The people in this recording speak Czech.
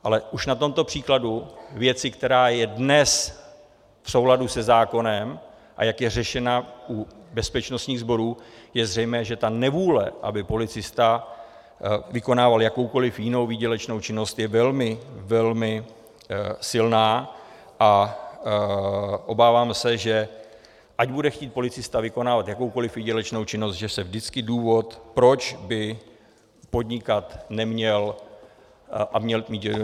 Ale už na tomto příkladu věci, která je dnes v souladu se zákonem, a jak je řešena u bezpečnostních sborů, je zřejmé, že nevůle, aby policista vykonával jakoukoliv jinou výdělečnou činnost, je velmi, velmi silná, a obávám se, že ať bude chtít policista vykonávat jakoukoliv výdělečnou činnost, že se důvod, proč by podnikat neměl a neměl mít výdělečnou činnost, vždycky najde.